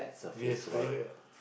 yes correct ah